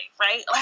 right